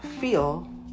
feel